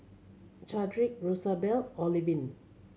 Chadrick Rosabelle Olivine